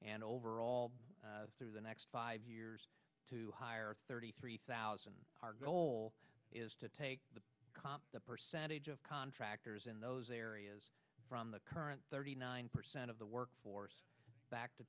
and over all through the next five years to hire thirty three thousand our goal is to take the percentage of contractors in those areas from the current thirty nine percent of the workforce back to